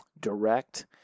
direct